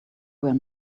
were